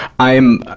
i'm,